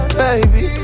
baby